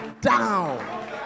down